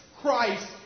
Christ